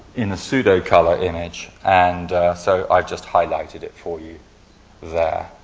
in a pseudo color image. and so i've just highlighted it for you there.